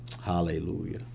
Hallelujah